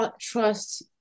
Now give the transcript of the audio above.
trust